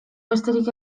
besterik